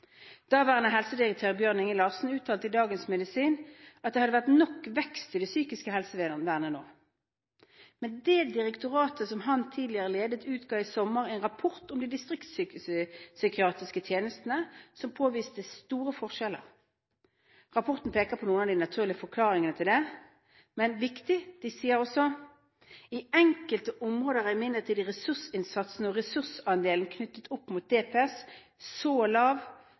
Daværende helsedirektør Bjørn-Inge Larsen uttalte i Dagens Medisin at det hadde vært nok vekst i det psykiske helsevernet nå. Men det direktoratet som han tidligere ledet, utga i sommer en rapport om de distriktspsykiatriske tjenestene som påviste store forskjeller. Rapporten peker på noen av de naturlige forklaringene til det – og viktig: «I enkelte områder er imidlertid ressursinnsats og ressursandel knyttet opp mot DPS så lav